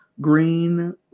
green